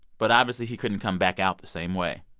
but obviously, he couldn't come back out the same way.